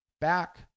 back